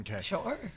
sure